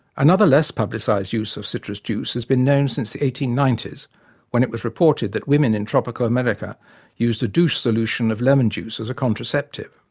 another less-publicised use of citrus juice has been known since the eighteen ninety s when it was reported that women in tropical america used a douche solution of lemon juice as a contraceptive.